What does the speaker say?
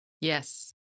Yes